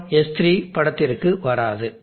மற்றும் S3 படத்திற்கு வராது